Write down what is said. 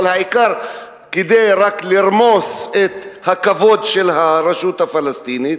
אבל העיקר כדי רק לרמוס את הכבוד של הרשות הפלסטינית